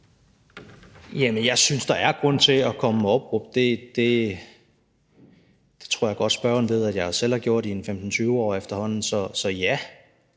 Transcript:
Jamen jeg synes, der er grund til at komme med opråb. Det tror jeg godt spørgeren ved at jeg selv har gjort i en 15-20 år efterhånden. Så ja,